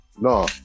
No